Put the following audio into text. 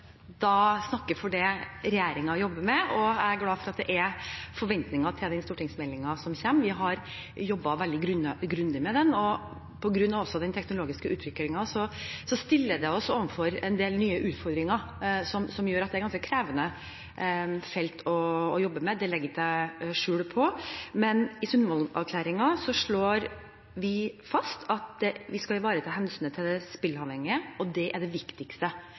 er glad for at det er forventninger til stortingsmeldingen som kommer. Vi har jobbet veldig grundig med den. På grunn av den teknologiske utviklingen stilles vi overfor en del nye utfordringer som gjør at det er et ganske krevende felt å jobbe med – det legger jeg ikke skjul på – men i Sundvolden-erklæringen slår vi fast at vi skal ivareta hensynet til de spilleavhengige, og det er det viktigste